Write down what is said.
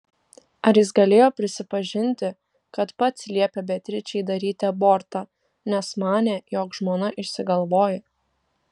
ar jis galėjo prisipažinti kad pats liepė beatričei daryti abortą nes manė jog žmona išsigalvoja